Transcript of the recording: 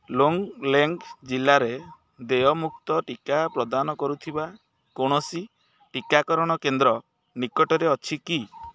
ଲୋଙ୍ଗ୍ଲେଙ୍ଗ୍ ଜିଲ୍ଲାରେ ଦେୟ ମୁକ୍ତ ଟିକା ପ୍ରଦାନ କରୁଥିବା କୌଣସି ଟିକାକରଣ କେନ୍ଦ୍ର ନିକଟରେ ଅଛି କି